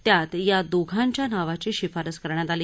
त्यात या दोघांच्या नावाची शिफारस करण्यात आली